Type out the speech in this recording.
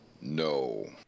No